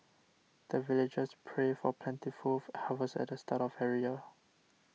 the villagers pray for plentiful harvest at the start of every year